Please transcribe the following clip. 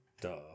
duh